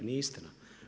Nije istina.